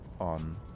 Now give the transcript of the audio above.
on